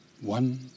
One